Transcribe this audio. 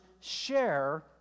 share